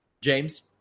James